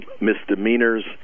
misdemeanors